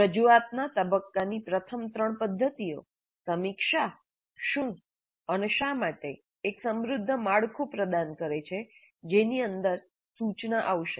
રજૂઆતના તબક્કાની પ્રથમ ત્રણ પદ્ધતિઓ સમીક્ષા શું અને શા માટે એક સમૃદ્ધ માળખું પ્રદાન કરે છે જેની અંદર સૂચના આવશે